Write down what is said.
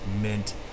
mint